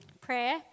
prayer